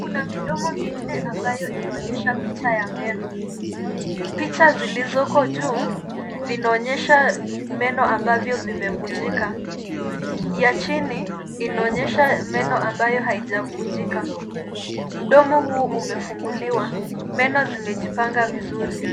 Kuna midomo minne ambayo inaonyesha picha ya meno. Picha zilizoko juu vinaonyesha meno ambavyo vimevunjika. Ya chini inaonyesha meno ambayo haijavunjika. Mdomo huu umefunguliwa. Meno zimejipanga vizuri.